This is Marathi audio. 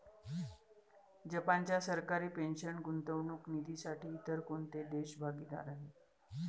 जपानच्या सरकारी पेन्शन गुंतवणूक निधीसाठी इतर कोणते देश भागीदार आहेत?